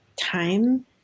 time